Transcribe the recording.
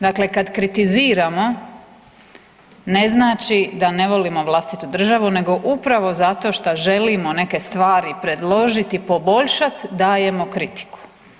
Dakle, kad kritiziramo ne znači da ne volimo vlastitu državu nego upravo zato šta želimo neke stvari predložit i poboljšat dajemo kritiku.